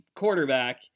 quarterback